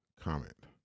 comment